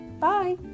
Bye